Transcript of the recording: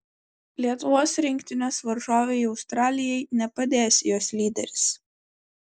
lietuvos rinktinės varžovei australijai nepadės jos lyderis